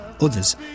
Others